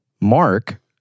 Mark